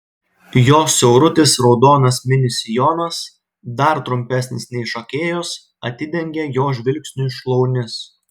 jos siaurutis raudonas mini sijonas dar trumpesnis nei šokėjos atidengia jo žvilgsniui šlaunis